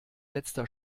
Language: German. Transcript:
letzter